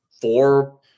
four